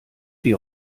die